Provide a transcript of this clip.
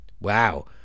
Wow